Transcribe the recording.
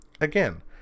Again